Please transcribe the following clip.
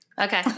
Okay